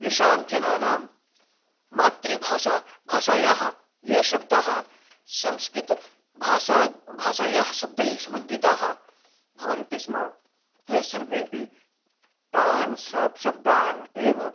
येषां जनानां मातृभाषा भाषायाः ये शब्दाः संस्कृतभाषा भाषायाः शब्दैः सम्बन्धिताः भवन्ति स्म ते सर्वेऽपि तान् शा शब्दान् एव